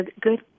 good